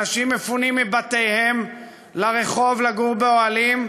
אנשים מפונים מבתיהם לרחוב לגור באוהלים,